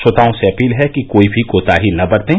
श्रोताओं से अपील है कि कोई भी कोताही न बरतें